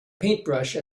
paintbrush